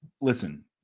Listen